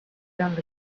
found